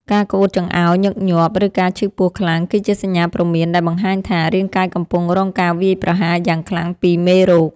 ការក្អួតចង្អោរញឹកញាប់ ឬការឈឺពោះខ្លាំង គឺជាសញ្ញាព្រមានដែលបង្ហាញថា រាងកាយកំពុងរងការវាយប្រហារយ៉ាងខ្លាំងពីមេរោគ។